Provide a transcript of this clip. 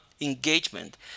engagement